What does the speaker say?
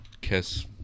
kiss